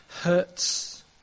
hurts